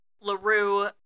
Larue